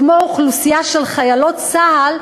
כמו אוכלוסייה של חיילות צה"ל,